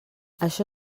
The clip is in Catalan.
això